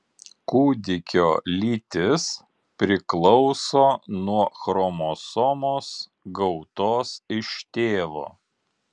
kūdikio lytis priklauso nuo chromosomos gautos iš tėvo